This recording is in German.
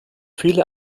viele